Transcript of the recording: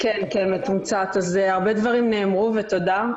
הרבה דברים נאמרו ותודה.